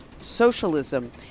socialism